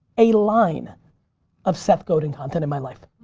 a line of seth godin content in my life